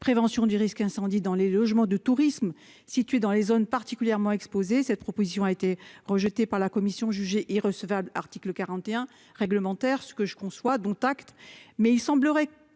prévention du risque incendie dans les logements de tourisme situées dans les zones particulièrement exposées. Cette proposition a été rejetée par la commission jugée irrecevable article 41 réglementaire. Ce que je conçois, dont acte,